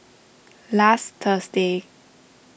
last Thursday